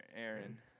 Aaron